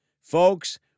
Folks